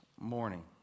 morning